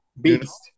beast